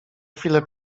chwilę